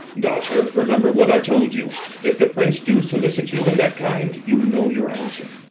daughter, remember what i told you if the prince do solicit you in that kind, you know your answer.